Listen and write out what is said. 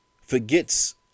forgets